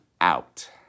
out